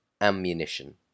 ammunition